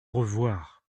revoir